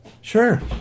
sure